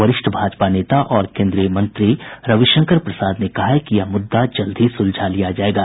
वरिष्ठ भाजपा नेता और केन्द्रीय मंत्री रविशंकर प्रसाद ने कहा है कि यह मुद्दा जल्द ही सुलझा लिया जाएगा